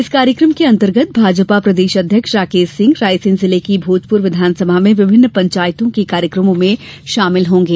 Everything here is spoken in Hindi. इस कार्यकम के अंतर्गत भाजपा प्रदेश अध्यक्ष राकेश सिंह रायसेन जिले की भोजप्र विधानसभा में विभिन्न पंचायतों में कार्यक्रमों में शामिल होंगे